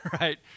right